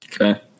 okay